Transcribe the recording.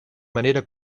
manera